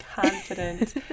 confident